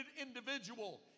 individual